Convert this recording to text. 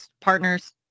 partners